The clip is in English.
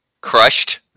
crushed